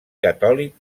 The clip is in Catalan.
catòlic